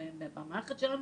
במערכת שלנו.